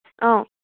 অঁ